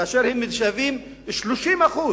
כאשר הם שווים 30%